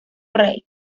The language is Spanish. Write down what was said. rey